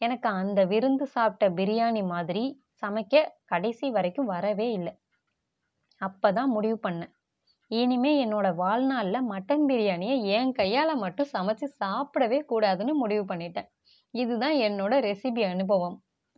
எனக்கு அந்த விருந்து சாப்பிட்ட பிரியாணி மாதிரி சமைக்க கடைசி வரைக்கும் வரவே இல்லை அப்போ தான் முடிவு பண்ணேன் இனிமேல் என்னோடய வாழ்நாளில் மட்டன் பிரியாணியை என் கையால் மட்டும் சமைத்து சாப்பிடவே கூடாதுனு முடிவு பண்ணிவிட்டேன் இதுதான் என்னோடய ரெசிபி அனுபவம்